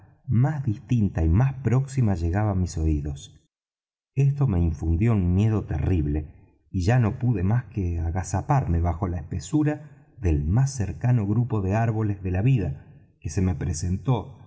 más distinta y más próxima llegaba á mis oídos esto me infundió un miedo terrible y ya no pude más que agazaparme bajo la espesura del más cercano grupo de árboles de la vida que se me presentó